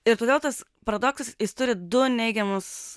ir todėl tas paradoksas jis turi du neigiamus